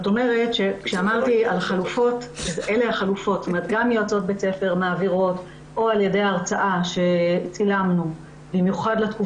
יועצות בית ספר מעבירות בהרצאה שצילמנו את סימני